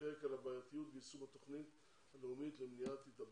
פרק על הבעייתיות ביישום התכנית הלאומית למניעת התאבדויות.